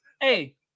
Hey